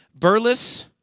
Burles